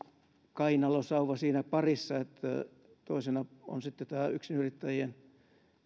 kainalosauva siinä parissa jossa toisena on sitten tämä yksinyrittäjien